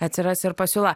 atsiras ir pasiūla